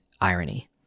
irony